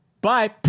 bye